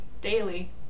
daily